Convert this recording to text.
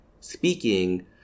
speaking